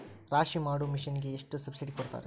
ರಾಶಿ ಮಾಡು ಮಿಷನ್ ಗೆ ಎಷ್ಟು ಸಬ್ಸಿಡಿ ಕೊಡ್ತಾರೆ?